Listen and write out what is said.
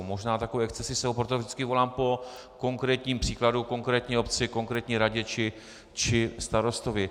Možná takové excesy jsou, proto vždycky volám po konkrétním příkladu, konkrétní obci, konkrétní radě či starostovi.